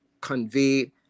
convey